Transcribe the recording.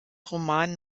roman